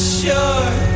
sure